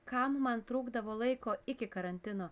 kam man trūkdavo laiko iki karantino